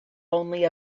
only